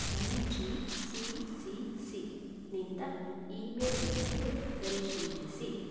M G C C ಸಿನಿಂದ ಇಮೇಲ್ಗಳನ್ನು ಪರಿಶೀಲಿಸಿ